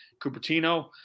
Cupertino